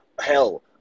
hell